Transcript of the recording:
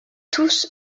tous